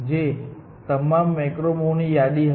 જેમાં તમામ મેક્રો મૂવની યાદી હતી